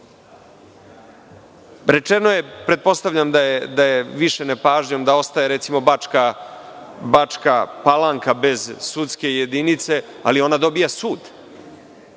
Rečeno je, pretpostavljam da je više nepažnjom, da ostaje recimo Bačka Palanka bez sudske jedinice, ali ona dobija sud. Daću